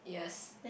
yes